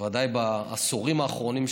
בוודאי בעשורים האחרונים,